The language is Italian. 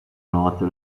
note